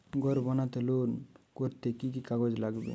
ঘর বানাতে লোন করতে কি কি কাগজ লাগবে?